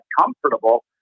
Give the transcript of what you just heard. comfortable